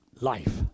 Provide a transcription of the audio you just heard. life